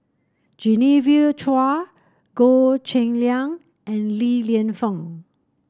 Genevieve Chua Goh Cheng Liang and Li Lienfung